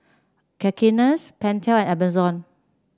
Cakenis Pentel and Amazon